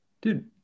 dude